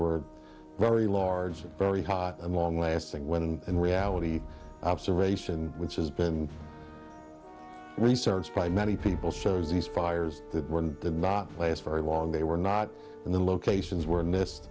were very large very hot and long lasting when and reality observation which has been researched by many people shows these fires that were in the not last very long they were not in the locations were missed